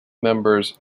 members